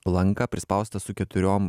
lanką prispaustą su keturiom